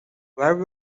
where